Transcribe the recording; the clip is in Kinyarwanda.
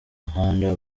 muhanda